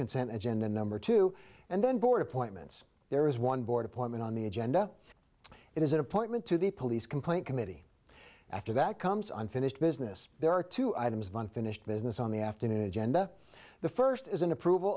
consent agenda number two and then board appointments there is one board appointment on the agenda it is an appointment to the police complaint committee after that comes unfinished business there are two items of unfinished business on the afternoon agenda the first is an approval